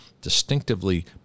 distinctively